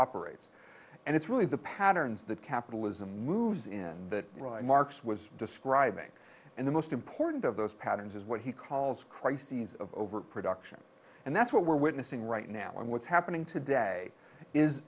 operates and it's really the patterns that capitalism moves in that marx was describing in the most important of those patterns is what he calls crises of overproduction and that's what we're witnessing right now and what's happening today is